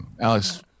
Alex